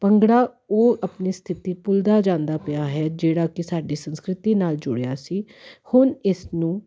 ਭੰਗੜਾ ਉਹ ਆਪਣੇ ਸਥਿਤੀ ਭੁੱਲਦਾ ਜਾਂਦਾ ਪਿਆ ਹੈ ਜਿਹੜਾ ਕਿ ਸਾਡੀ ਸੰਸਕ੍ਰਿਤੀ ਨਾਲ ਜੁੜਿਆ ਸੀ ਹੁਣ ਇਸ ਨੂੰ